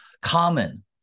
common